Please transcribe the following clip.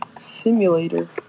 simulator